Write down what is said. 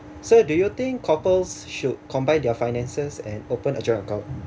so do you think couples should combine their finances and open a joint account